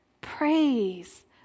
Praise